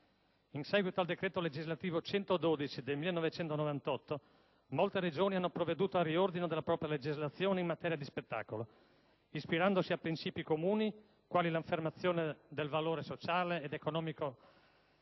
In seguito al decreto legislativo n. 112 del 1998, molte Regioni hanno provveduto al riordino della propria legislazione in materia di spettacolo ispirandosi a principi comuni, quali l'affermazione del valore sociale ed economico